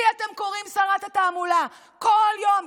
לי אתם קוראים שרת התעמולה כל יום,